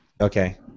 Okay